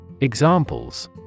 Examples